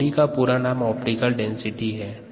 OD का पूरा नाम ऑप्टिकल डेंसिटी है